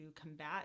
combat